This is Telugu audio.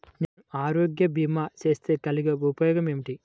నేను ఆరోగ్య భీమా చేస్తే కలిగే ఉపయోగమేమిటీ?